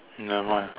nevermind